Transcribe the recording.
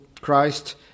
Christ